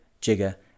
jigger